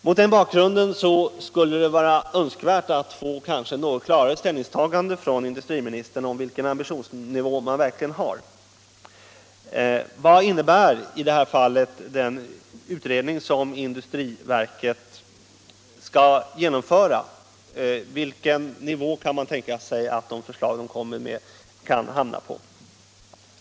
Mot den bakgrunden skulle det vara önskvärt att få ett något klarare ställningstagande från industriministern om vilken ambitionsnivå man verkligen har. Vad innebär i det här fallet den utredning som industriverket skall genomföra? Vilken nivå kan man tänka sig att de förslag verket lägger fram skall hamna på?